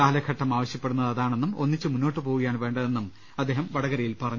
കാലഘട്ടം ആവശ്യപ്പെടുന്നത് അതാണെന്നും ഒന്നിച്ച് മുന്നോട്ട് പോവു കയാണ് വേണ്ടതെന്നും അദ്ദേഹം വടകരയിൽ പറഞ്ഞു